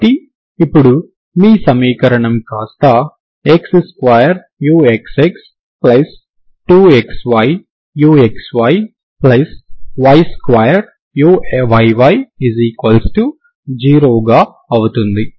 కాబట్టి ఇప్పుడు మీ సమీకరణం కాస్తా x2uxx2xyuxyy2uyy0 గా అవుతుంది